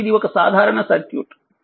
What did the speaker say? కాబట్టి ఇది ఒక సాధారణ సర్క్యూట్